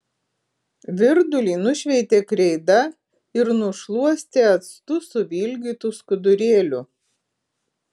virdulį nušveitė kreida ir nušluostė actu suvilgytu skudurėliu